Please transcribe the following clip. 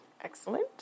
Excellent